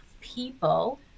people